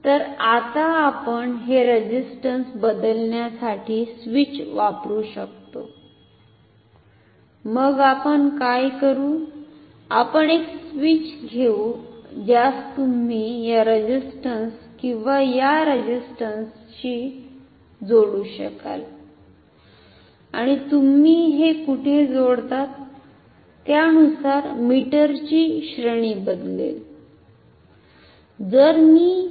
तर आता आपण हे रेझिस्टन्स बदलण्यासाठी स्विच वापरू शकतो मग आपण काय करू आपण एक स्विच घेऊ ज्यास तुम्ही या रेझिस्टन्स किंवा रेझिस्टन्सशी जोडु शकाल आणि तुम्हि हे कुठे जोडता त्यानुसार मीटर ची श्रेणी बदलेल